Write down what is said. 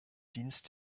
dienst